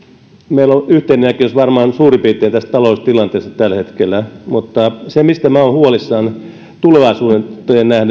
meillä on varmaan suurin piirtein yhteinen näkemys tästä taloustilanteesta tällä hetkellä mutta se mistä minä olen huolissani tulevaisuuteen nähden